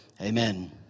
amen